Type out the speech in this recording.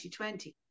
2020